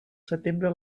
setembre